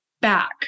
back